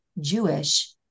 jewish